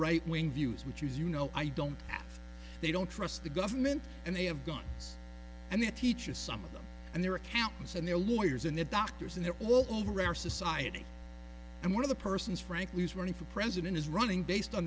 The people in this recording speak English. right wing views which is you know i don't after they don't trust the government and they have got it and it teaches some of them and their accountants and their lawyers and the doctors and they're all over our society and one of the persons frankly is running for president is running based on